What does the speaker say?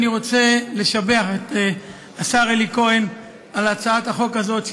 אני רוצה לשבח את השר אלי כהן על הצעת החוק הזאת,